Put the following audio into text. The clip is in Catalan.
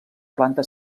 planta